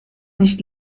nicht